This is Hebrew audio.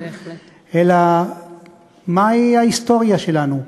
אלא מהי ההיסטוריה שלנו.